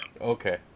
Okay